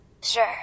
sure